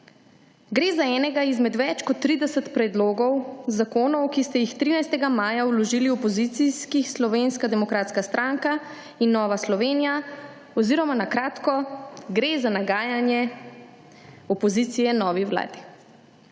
Gre za enega izmed več kot 30 predlogov zakonov, ki ste jih 13. maja vložili opozicijskih Slovenska demokratska stranka in Nova Slovenija oziroma na kratko, gre za nagajanje opozicije novi vladi.